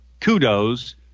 kudos